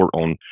on